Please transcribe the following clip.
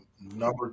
Number